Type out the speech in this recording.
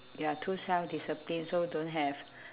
ya too self disciplined so don't have